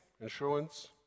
insurance